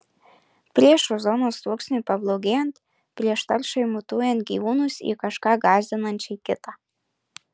prieš ozono sluoksniui pablogėjant prieš taršai mutuojant gyvūnus į kažką gąsdinančiai kitą